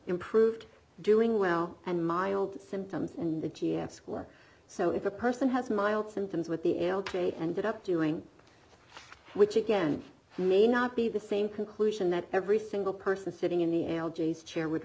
improved doing well and mild symptoms in the g s score so if a person has mild symptoms with the l t a ended up doing which again may not be the same conclusion that every single person sitting in the algaes chair would